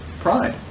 pride